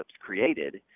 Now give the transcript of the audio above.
created